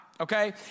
Okay